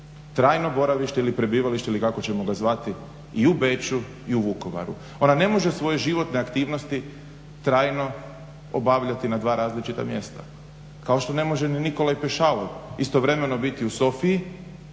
trajno boravište ili prebivalište ili kako ćemo ga zvati i u Beču i u Vukovaru. Ona ne može svoje životne aktivnosti trajno obavljati na dva različita mjesta kao što ne može ni Nikola Pešalov istovremeno biti u Sofiji